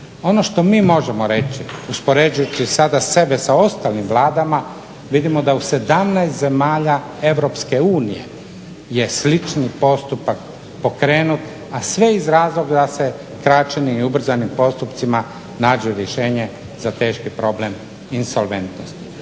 Ono što mi možemo reći, uspoređujući sada sebe sa ostalim vladama, vidimo da u 17 zemalja EU je slični postupak pokrenut a sve iz razloga da se skraćenim i ubrzanim postupcima nađe rješenje za teški problem insolventnosti.